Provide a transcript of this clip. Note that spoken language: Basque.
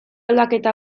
aldaketa